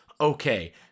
Okay